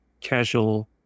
casual